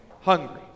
hungry